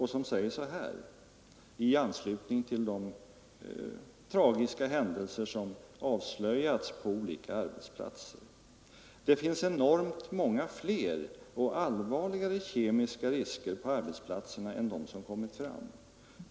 Han säger så här i anslutning till de tragiska händelser som inträffat på olika arbetsplatser: ”Det finns enormt många fler och allvarligare kemiska risker på arbetsplatserna än de som kommit fram.